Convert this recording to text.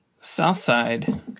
Southside